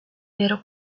vero